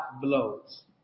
blows